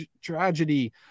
tragedy